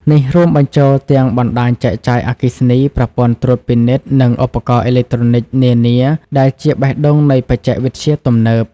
នេះរួមបញ្ចូលទាំង បណ្ដាញចែកចាយអគ្គិសនី ប្រព័ន្ធត្រួតពិនិត្យ និងឧបករណ៍អេឡិចត្រូនិចនានា ដែលជាបេះដូងនៃបច្ចេកវិទ្យាទំនើប។